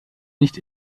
nicht